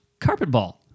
carpetball